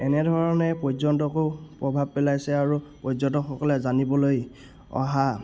এনেধৰণে পৰ্যটককো প্ৰভাৱ পেলাইছে আৰু পৰ্যটকসকলে জানিবলৈ অহা